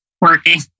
working